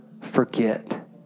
forget